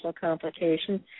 complications